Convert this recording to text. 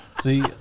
See